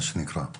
מה שנקרא.